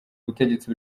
ubutegetsi